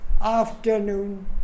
Afternoon